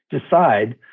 decide